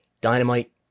Dynamite